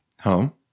Home